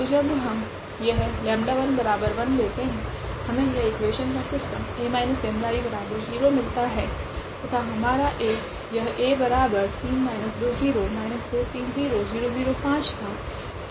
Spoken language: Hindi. तो जब हम यह 𝜆11 लेते है हमे यह इक्वेशन का सिस्टम A 𝜆I0 मिलता है तथा हमारा A यह था